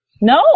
No